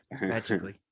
magically